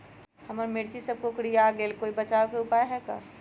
हमर मिर्ची सब कोकररिया गेल कोई बचाव के उपाय है का?